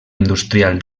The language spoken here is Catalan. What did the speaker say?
industrial